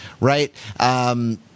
right, –